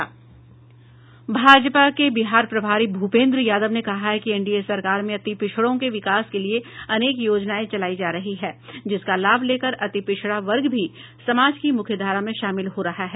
भाजपा के बिहार प्रभारी भूपेंद्र यादव ने कहा कि एनडीए सरकार में अति पिछड़ो के विकास के लिये अनेक योजनाएं चलायी जा रही हैं जिसका लाभ लेकर अति पिछड़ा वर्ग भी समाज की मुख्यधारा में शामिल हो रहा है